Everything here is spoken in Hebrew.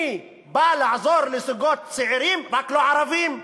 אני בא לעזור לזוגות צעירים, רק לא ערבים.